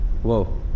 Whoa